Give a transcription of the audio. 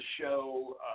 show